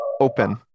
open